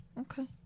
Okay